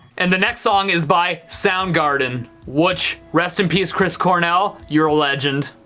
and the next song is by soundgarden which rest in peace chris cornell you're a legend.